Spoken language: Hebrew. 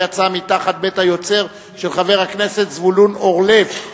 שיצאה מבית-היוצר של חבר הכנסת זבולון אורלב.